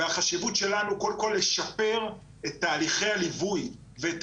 והחשיבות שלנו קודם כל לשפר את תהליכי הליווי ואת